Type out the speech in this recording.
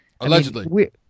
Allegedly